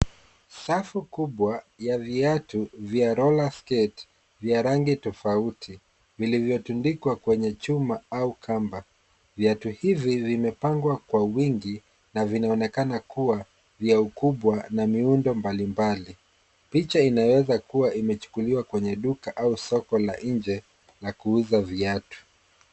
Safu kubwa ya viatu vya roller skate vya rangi tofauti vilivyo tundikwa kwenye chuma au kamba, vyatu hivi vimepangwa kwa wingi na vinaonekana kuwa vya ukubwa na miundo mbali mbali. Picha inaweza kuwa imechukuliwa kwenye duka au soko la nje la kuuza viatu.